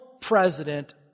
president